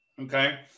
okay